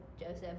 joseph